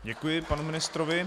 Děkuji panu ministrovi.